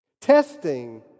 testing